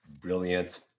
Brilliant